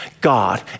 God